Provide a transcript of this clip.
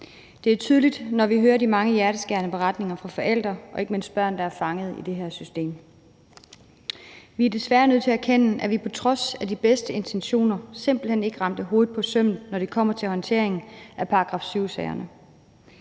Det er tydeligt, når vi hører de mange hjerteskærende beretninger fra forældre og ikke mindst fra børn, der er fanget i det her system. Vi er desværre nødt til at erkende, at vi på trods af de bedste intentioner simpelt hen ikke ramte hovedet på sømmet, når det kommer til håndteringen af § 7-sagerne.